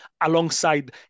alongside